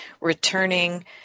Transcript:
returning